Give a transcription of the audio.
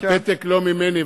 הפתק לא ממני,